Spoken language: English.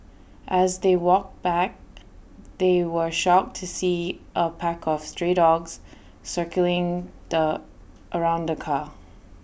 as they walked back they were shocked to see A pack of stray dogs circling the around car